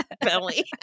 belly